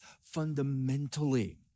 fundamentally